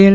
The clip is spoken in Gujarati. એલ